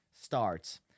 starts